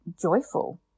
joyful